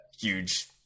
huge